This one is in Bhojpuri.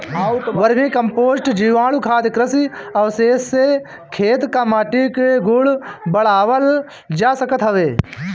वर्मी कम्पोस्ट, जीवाणुखाद, कृषि अवशेष से खेत कअ माटी के गुण बढ़ावल जा सकत हवे